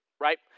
right